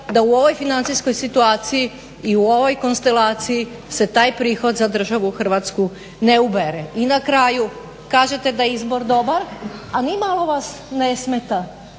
da u ovoj financijskoj situaciji i u ovoj konstelaciji se taj prihod za državu Hrvatsku ne ubere. I na kraju kažete da je izbor dobar, a nimalo vas ne smeta